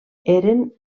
eren